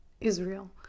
israel